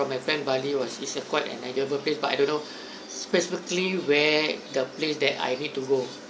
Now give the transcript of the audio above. from my friend bali was is a quite an enjoyable place but I don't know specifically where the place that I need to go